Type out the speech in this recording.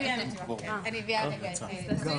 הצבעה בעד הצעת הממשלה פה אחד הצעת הממשלה להקדמת